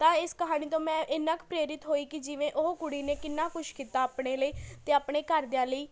ਤਾਂ ਇਸ ਕਹਾਣੀ ਤੋਂ ਮੈਂ ਇੰਨਾਂ ਕੁ ਪ੍ਰੇਰਿਤ ਹੋਈ ਕਿ ਜਿਵੇਂ ਓਹ ਕੁੜੀ ਨੇ ਕਿੰਨਾਂ ਕੁਛ ਕੀਤਾ ਆਪਣੇ ਲਈ ਅਤੇ ਆਪਣੇ ਘਰਦਿਆਂ ਲਈ